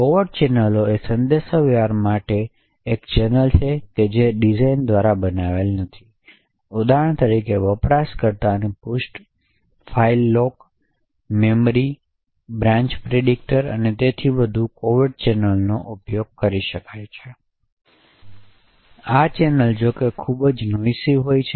covert ચેનલો એ સંદેશાવ્યવહાર માટે રૂપે એક ચેનલ છે જે ડિઝાઇન દ્વારા બનાવાયેલ નથી ઉદાહરણ તરીકે વપરાશકર્તા પૃષ્ઠ ખામી file lock cache memory branch predictor અને તેથી વધુ કોવેર્ટ ચેનલો તરીકે ઉપયોગ કરી શકાય છે તેથી આ ચેનલો જોકે તે ખૂબ જ નોઇસી હોય છે